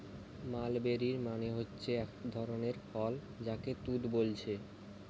mulberry মানে হচ্ছে একটা ধরণের ফল যাকে তুত বোলছে